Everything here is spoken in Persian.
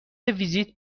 ویزیت